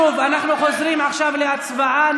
שוב, אנחנו חוזרים עכשיו להצבעה.